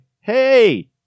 Hey